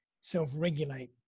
self-regulate